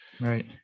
Right